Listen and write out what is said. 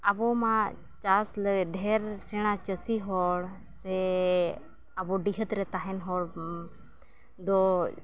ᱟᱵᱚᱢᱟ ᱪᱟᱥᱞᱮ ᱰᱷᱮᱨ ᱥᱮᱬᱟ ᱪᱟᱹᱥᱤ ᱦᱚᱲ ᱥᱮ ᱟᱵᱚ ᱰᱤᱦᱟᱹᱛᱨᱮ ᱛᱟᱦᱮᱱ ᱦᱚᱲᱫᱚ